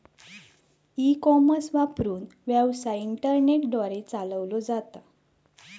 E commerce वापरून, व्यवसाय internet द्वारे चालवलो जाता